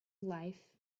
life